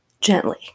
Gently